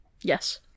Yes